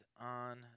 on